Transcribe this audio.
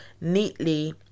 neatly